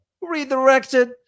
redirected